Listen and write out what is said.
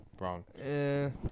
wrong